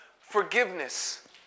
forgiveness